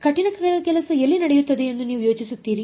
ಕಠಿಣ ಕೆಲಸ ಎಲ್ಲಿ ನಡೆಯುತ್ತದೆ ಎಂದು ನೀವು ಯೋಚಿಸುತ್ತೀರಿ